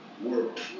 world